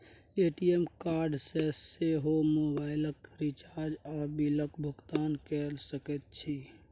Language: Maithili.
ए.टी.एम कार्ड सँ सेहो मोबाइलक रिचार्ज आ बिलक भुगतान कए सकैत छी